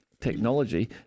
technology